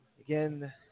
again